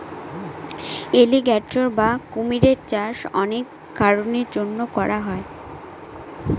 alligator বা কুমিরের চাষ অনেক কারনের জন্য করা হয়